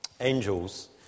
Angels